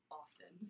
often